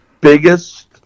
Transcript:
biggest